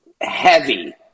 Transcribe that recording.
heavy